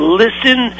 listen